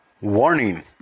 Warning